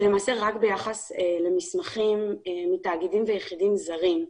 למעשה רק ביחס למסמכים מתאגידים ויחידים זרים.